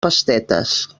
pastetes